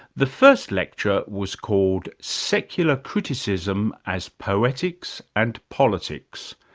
the first lecture was called secular criticism as poetics and politics,